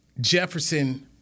Jefferson